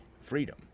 freedom